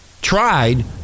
tried